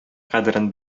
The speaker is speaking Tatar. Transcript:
кадерен